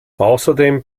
außerdem